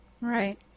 Right